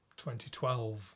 2012